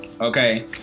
Okay